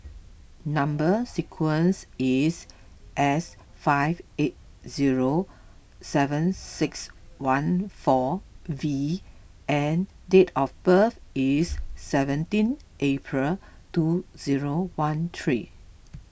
Number Sequence is S five eight zero seven six one four V and date of birth is seventeen April two zero one three